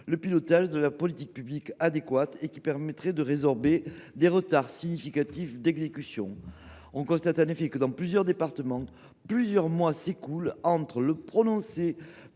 le pilotage d’une politique publique adéquate susceptible de résorber les retards significatifs d’exécution. On constate que, dans certains départements, plusieurs mois s’écoulent entre le prononcé